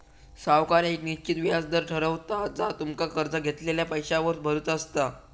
सावकार येक निश्चित व्याज दर ठरवता जा तुमका कर्ज घेतलेल्या पैशावर भरुचा असता